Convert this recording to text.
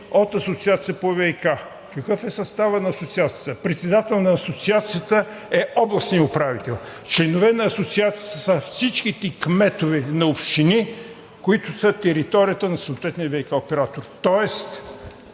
от асоциацията по ВиК. Какъв е съставът на асоциацията? Председател на асоциацията е областният управител, а нейни членове са всичките кметове на общини, които са в територията на съответния ВиК оператор! Тоест